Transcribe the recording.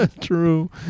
True